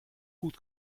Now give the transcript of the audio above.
goed